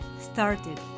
started